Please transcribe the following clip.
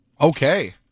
Okay